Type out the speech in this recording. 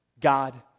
God